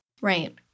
Right